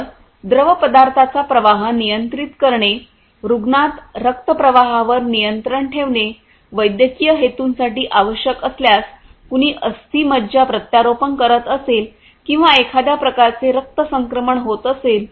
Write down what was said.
तर द्रवपदार्थाचा प्रवाह नियंत्रित करणे रूग्णात रक्त प्रवाहावर नियंत्रण ठेवणे वैद्यकीय हेतूंसाठी आवश्यक असल्यास कुणी अस्थिमज्जा प्रत्यारोपण करत असेल किंवा एखाद्या प्रकारचे रक्त संक्रमण होत असेल